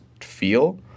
feel